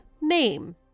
name